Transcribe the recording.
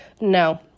No